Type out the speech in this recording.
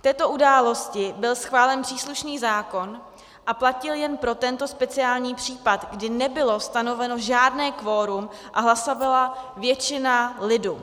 K této události byl schválen příslušný zákon a platil jen pro tento speciální případ, kdy nebylo stanoveno žádné kvorum a hlasovala většina lidu.